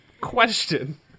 Question